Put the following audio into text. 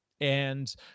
And-